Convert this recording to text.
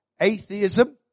Atheism